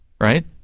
right